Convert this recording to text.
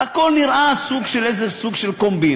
והכול נראה סוג של איזו קומבינה,